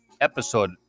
episode